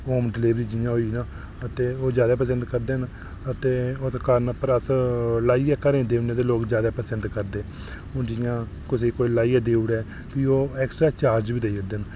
ते ओह् जैदा पसंद करदे न ते ओह्दे कारण अस ते अस लाइयै घरें देई ओड़ने ते लोक जैदा पसंद करदे न हून जि'यां कोई कुसै गी लाइयै देई ओड़े भी ओह् एक्सट्रा चार्ज बी देई ओड़दे न